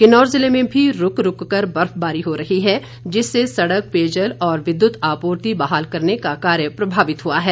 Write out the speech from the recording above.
किन्नौर जिले में भी रुक रुक कर बर्फबारी हो रही है जिससे सड़क पेयजल और विद्युत आपूर्ति बहाल करने का कार्य प्रभावित हुआ है